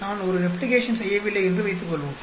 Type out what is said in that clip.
நான் ஒரு ரெப்ளிகேஷன் செய்யவில்லை என்று வைத்துக்கொள்வோம்